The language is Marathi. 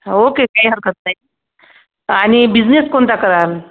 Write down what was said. ओके काही हरकत नाही आणि बिझनेस कोणता कराल